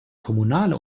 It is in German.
kommunale